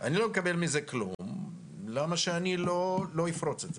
אני לא מקבל מזה כלום, למה שאני לא אפרוץ את זה?